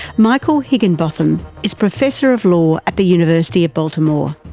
michael higginbotham is professor of law at the university of baltimore.